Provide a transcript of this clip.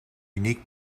unique